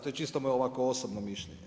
To je čisto moje ovako osobno mišljenje.